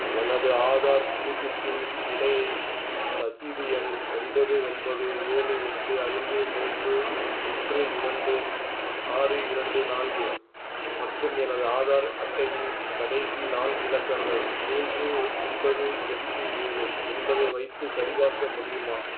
எனது ஆதார் புதுப்பிப்பின் நிலையை ரசீது எண் ஒன்பது ஒன்பது ஏழு எட்டு ஐந்து மூன்று ஒன்று இரண்டு ஆறு இரண்டு நான்கு மற்றும் எனது ஆதார் அட்டையின் கடைசி நான்கு இலக்கங்கள் மூன்று ஒன்பது எட்டு ஏழு என்பதை வைத்து சரிபார்க்க முடியுமா